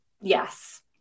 yes